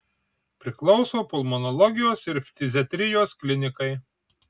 priklauso pulmonologijos ir ftiziatrijos klinikai